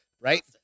right